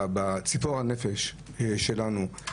בציפור הנפש שלנו,